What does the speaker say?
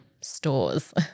stores